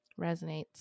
resonates